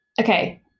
okay